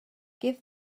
give